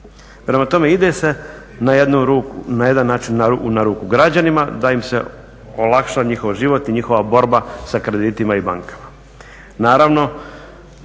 Prema tome ide se na jedan način na ruku građanima daim se olakša njihov život i njihova borba sa kreditima i bankama.